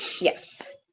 Yes